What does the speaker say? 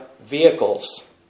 vehicles